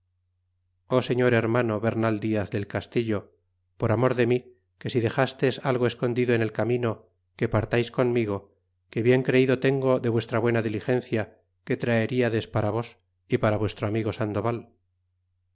o señor hermano bernal diaz del castillo por amor de mí que si dexastes algo escon tildo en el camino que partais conmigo que bien creido tengo de vuestra buena diligencia que traeriades para vos y para vuestro amigo sandoval